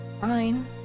fine